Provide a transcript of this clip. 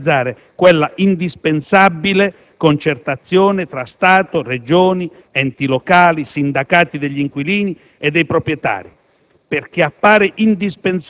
lavorare seriamente per realizzare una indispensabile concertazione tra Stato, Regioni, enti locali, sindacati degli inquilini e dei proprietari,